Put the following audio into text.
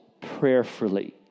prayerfully